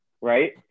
right